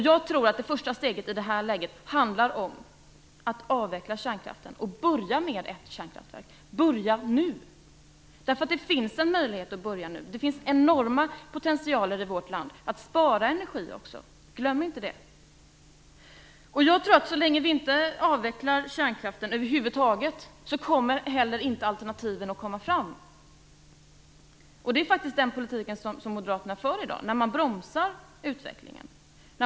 Jag tror att det första steget i det här läget handlar om att avveckla kärnkraften och börja med ett kärnkraftverk, och börja nu! Det finns en möjlighet att börja nu. Det finns enorma potentialer i vårt land att också spara energi. Glöm inte det! Så länge vi inte avvecklar kärnkraften över huvud taget kommer inte heller alternativen fram. Det är faktiskt den politiken som Moderaterna i dag för när man bromsar utvecklingen.